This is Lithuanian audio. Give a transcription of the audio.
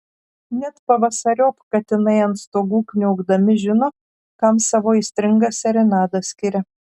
net pavasariop katinai ant stogų kniaukdami žino kam savo aistringas serenadas skiria